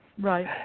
right